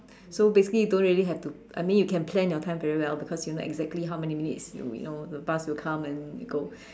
so basically don't really have to I mean you can plan your time very well because you not exactly how many minutes you've you know the bus will come and you go